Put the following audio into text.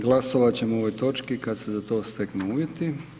Glasovat ćemo o ovoj točki kad se za to steknu uvjeti.